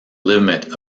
limit